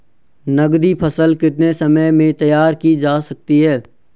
नगदी फसल कितने समय में तैयार की जा सकती है?